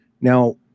Now